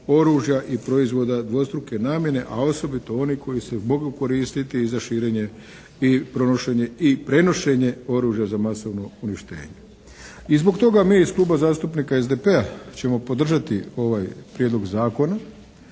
i proizvoda dvostruke namjene a osobito onih koji se mogu koristiti i za širenje i pronošenje i prenošenje oružja za masovno uništenje. I zbog toga mi iz Kluba zastupnika SDP-a ćemo podržati ovaj Prijedlog zakona